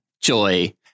Joy